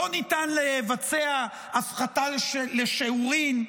לא ניתן לבצע הפחתה לשיעורין,